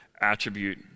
attribute